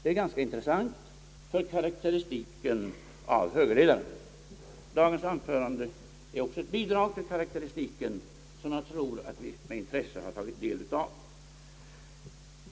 Det är ganska intressant för karakteristiken av högerledaren.» Dagens anförande är också ett bidrag till karakteristiken, som jag tror att vi med intresse har tagit del av.